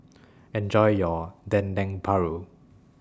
Enjoy your Dendeng Paru